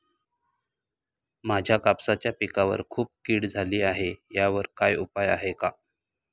माझ्या कापसाच्या पिकावर खूप कीड झाली आहे यावर काय उपाय आहे का?